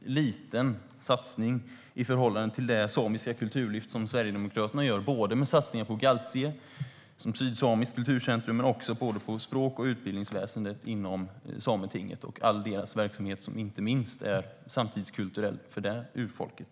liten satsning i förhållande till det samiska kulturlyft som Sverigedemokraterna gör med satsning på såväl Gaaltije - sydsamiskt kulturcentrum, som språk och utbildningsväsendet inom Sametinget, liksom deras övriga verksamhet som verkligen är samtidskulturellt för det urfolket.